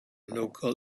local